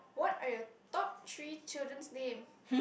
what are your top three children's name